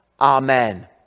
Amen